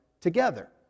together